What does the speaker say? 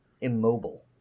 immobile